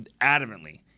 adamantly